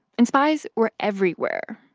and spies were everywhere,